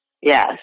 Yes